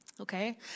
Okay